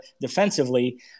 defensively